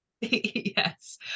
Yes